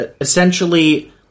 essentially